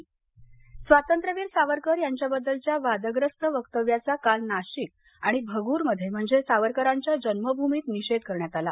निषेध नाशिक स्वातंत्र्यवीर सावरकर यांच्याबद्दलच्या वादग्रस्त वक्तव्याचा काल नाशिक आणि भग्रमध्ये म्हणजे सावरकरांच्या जन्मभूमीत निषेध करण्यात आला